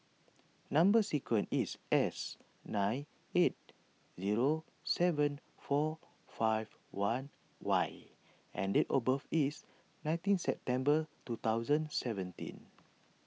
Number Sequence is S nine eight zero seven four five one Y and date of birth is nineteen September two thousand seventeen